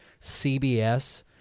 CBS